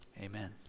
Amen